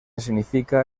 significa